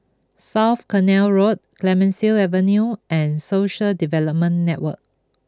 South Canal Road Clemenceau Avenue and Social Development Network